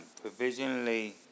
provisionally